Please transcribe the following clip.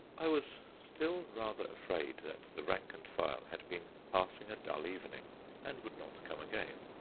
i was still rather afraid that the rank and file had been passing a dull evening and would not come again,